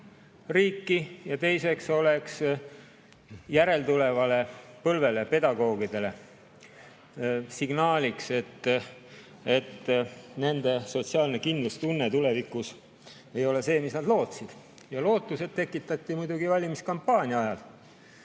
riiki, ja teiseks oleks see pedagoogide järeltulevale põlvele signaaliks, et nende sotsiaalne kindlustunne tulevikus ei ole see, mis nad lootsid. Lootused tekitati muidugi valimiskampaania ajal.